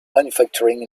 manufacturing